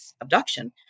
abduction